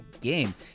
game